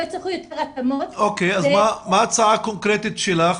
לא יצטרכו יותר התאמות --- אז מה ההצעה הקונקרטית שלך?